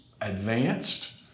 advanced